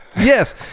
Yes